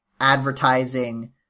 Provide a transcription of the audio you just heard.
advertising